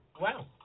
Wow